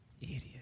idiot